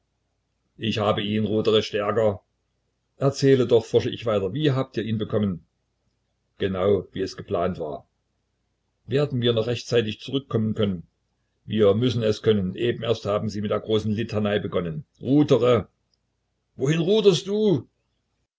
ich habe ihn rudre stärker erzähle doch forsche ich weiter wie habt ihr ihn bekommen genau wie es geplant war werden wir noch rechtzeitig zurückkommen können wir müssen es können eben erst haben sie mit der großen litanei begonnen rudre wohin ruderst du